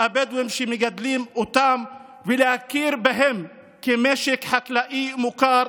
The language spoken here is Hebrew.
הבדואים שמגדלים אותם ולהכיר בהם כמשק חקלאי מוכר.